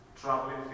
traveling